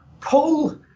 pull